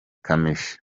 kamichi